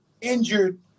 injured